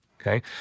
Okay